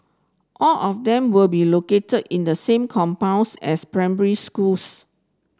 all of them will be located in the same compounds as primary schools